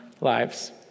lives